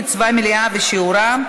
קצבה מלאה ושיעורה),